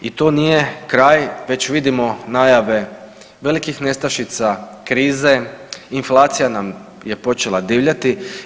I to nije kraj, već vidimo najave velikih nestašica krize, inflacija nam je počela divljati.